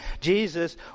Jesus